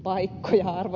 arvoisa puhemies